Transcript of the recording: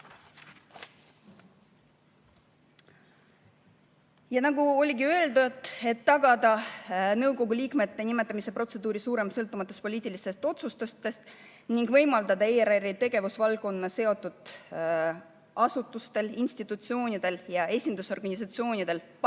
Nagu oligi öeldud, et tagada nõukogu liikmete nimetamise protseduuri suurem sõltumatus poliitilistest otsustustest ning võimaldada ERR‑i tegevusvaldkonnaga seotud asutustel, institutsioonidel ja esindusorganisatsioonidel pakkuda